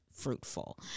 fruitful